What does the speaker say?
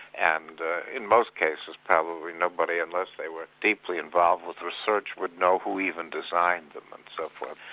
and in most cases probably nobody, unless they were deeply involved with research, would know who even designed them, and so forth.